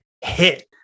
hit